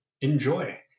enjoy